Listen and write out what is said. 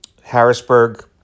Harrisburg